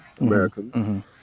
Americans